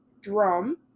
drum